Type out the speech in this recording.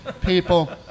People